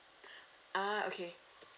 ah okay